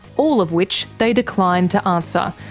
all of which they declined to answer.